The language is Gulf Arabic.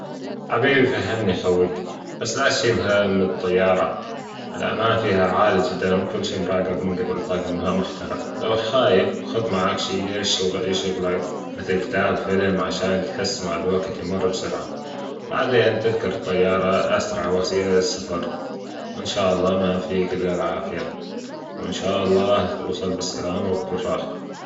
حبيبى فهمني خويك بس لا تشيل هم الطيارة ألامان فيها عالي جدا وكل شئ مراجب من جبل طاجمها محترف لو خايف خد معاك شى بيشغ - يشغلك مثل كتاب فيلم علشان تحس مع الوقت بيمر بسرعة بعدين تذكر الطيارة أسرع وسيلة للسفر وأن شاء الله مافيك إلا العافية وأن شاء الله توصل بالسلامة وبكل راحة